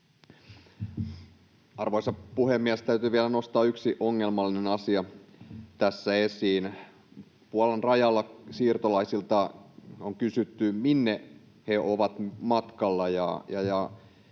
Arvoisa puhemies! Täytyy vielä nostaa yksi ongelmallinen asia tässä esiin: Puolan rajalla siirtolaisilta on kysytty, minne he ovat matkalla,